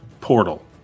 Portal